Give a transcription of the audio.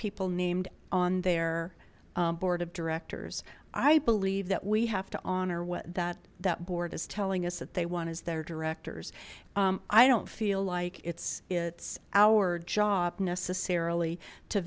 people named on their board of directors i believe that we have to honor what that that board is telling us that they want as their directors i don't feel like it's it's our job necessarily to